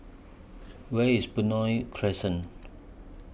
Where IS Benoi Crescent